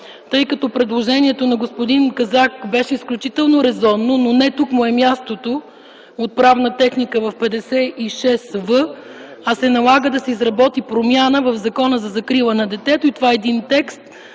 Тъй като предложението на господин Казак беше изключително резонно, но не тук му е мястото от правна техника – в чл. 56в, се налага да се изработи промяна в Закона за закрила на детето и това е един текст.